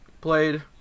Played